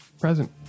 present